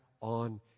on